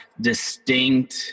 distinct